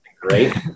Great